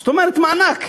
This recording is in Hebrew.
זאת אומרת מענק,